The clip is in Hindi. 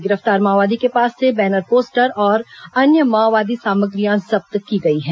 गिरफ्तार माओवादी के पास से बैनर पोस्टर और अन्य माओवादी सामग्रियां जब्त की गई हैं